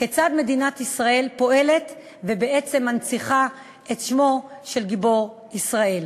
כיצד מדינת ישראל פועלת ומנציחה את שמו של גיבור ישראל: